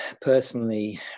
personally